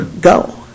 go